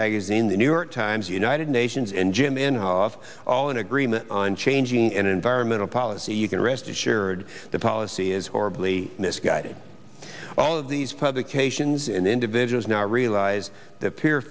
magazine the new york times united nations and jim inhofe all in agreement on changing and environmental policy you can rest assured the policy is horribly misguided all of these publications and individuals now realize that peer